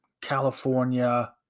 California